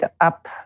up